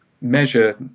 measure